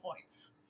points